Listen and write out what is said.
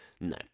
No